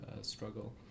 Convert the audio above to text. struggle